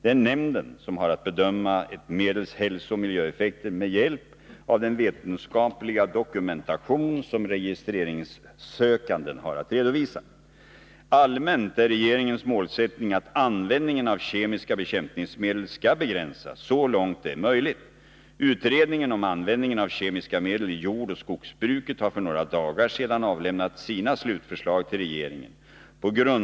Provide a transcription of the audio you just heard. Det är nämnden som har att bedöma ett medels hälsooch miljöeffekter med hjälp av den vetenskapliga dokumentation som registreringssökanden har att redovisa. Allmänt är regeringens målsättning att användningen av kemiska bekämpningsmedel skall begränsas så långt det är möjligt. Utredningen om användningen av kemiska medel i jordoch skogsbruket har för några dagar 45 Om åtgärder på grund av att nya kemiska bekämpningsmedel kan komma till användning sedan avlämnat sina slutförslag till regeringen.